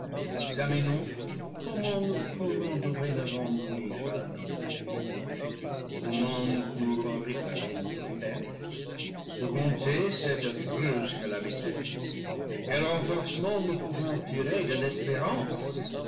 examinons comment nous pourrons dorénavant nuire à noire ennemi comment nous pourrons réparer notre perte surmonter cette affreuse ca lamité quel renforcement nous pouvons tirer del'espérance